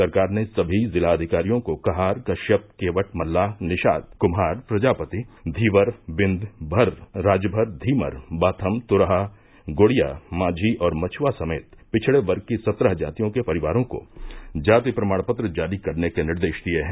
सरकार ने सभी जिला अधिकारियों को कहार कश्यप केवट मल्लाह निषाद क्म्हार प्रजापति धीवर बिंद भर राजभर धीमर बाथम त्रहा गोड़िया माझी और मछुआ समेत पिछड़े वर्ग की सत्रह जातियों के परिवारों को जाति प्रमाण पत्र जारी करने के निर्देश दिए हैं